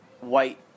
white